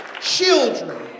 children